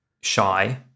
shy